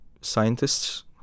scientists